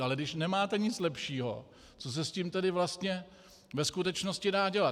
Ale když nemáte nic lepšího, co se s tím tedy vlastně ve skutečnosti dá dělat?